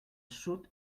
sud